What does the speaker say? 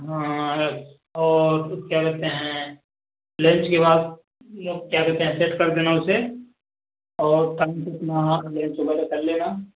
हाँ और क्या कहते हैं लंच के बाद क्या कहते हैं सेट कर देना उसे और टाइम से अपना लंच वगैरह कर लेना